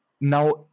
Now